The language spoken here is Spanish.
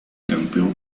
campeón